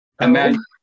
Imagine